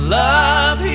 love